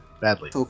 badly